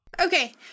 Okay